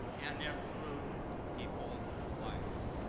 and improve people's lives.